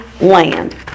land